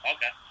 Okay